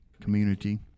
community